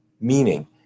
meaning